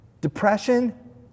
Depression